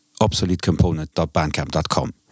obsoletecomponent.bandcamp.com